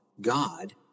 God